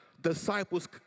disciples